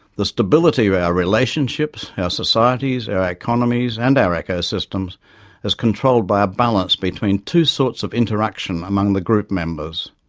the stability of our relationships, our societies, our economies and our ecosystems is controlled by a balance between two sorts of interaction among the group members.